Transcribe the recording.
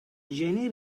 jenny